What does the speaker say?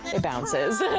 it bounces.